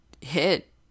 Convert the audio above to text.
hit